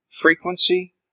frequency